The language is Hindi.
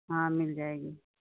हाँ मिल जाएगी हाँ